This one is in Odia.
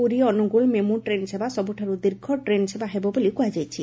ପୁରୀ ଅନୁଗୋଳ ମେମୁ ଟ୍ରେନ ସେବା ସବୁଠାରୁ ଦୀର୍ଘ ଟ୍ରେନ ସେବା ହେବ ବୋଲି କୁହାଯାଇଛି